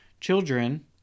children